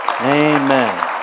Amen